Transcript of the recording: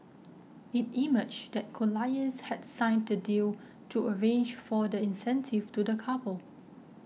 it emerged that Colliers had signed the deal to arrange for the incentive to the couple